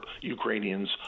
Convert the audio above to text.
Ukrainians